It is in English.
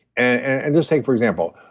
and just take for example,